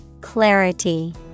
Clarity